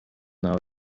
now